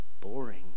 boring